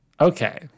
okay